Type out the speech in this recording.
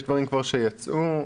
יש דברים שיצאו כבר,